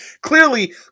Clearly